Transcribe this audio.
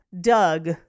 Doug